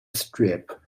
strip